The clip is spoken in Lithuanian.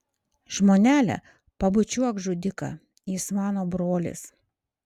žmonele pabučiuok žudiką jis mano brolis